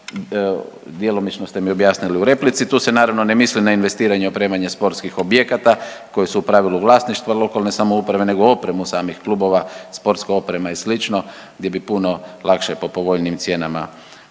djelomično ste mi objasnili u replici. Tu se naravno ne misli na investiranje opremanje sportskih objekata koji su u pravilu vlasništva lokalne samouprave nego opremu samih klubova, sportska oprema i sl. gdje bi puno lakše po povoljnijim cijenama u nabavi